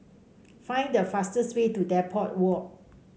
find the fastest way to Depot Walk